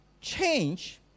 change